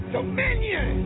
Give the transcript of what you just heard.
Dominion